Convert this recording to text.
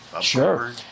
Sure